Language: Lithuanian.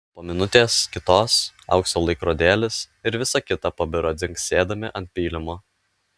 po minutės kitos aukso laikrodėlis ir visa kita pabiro dzingsėdami ant pylimo